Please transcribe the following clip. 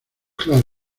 claros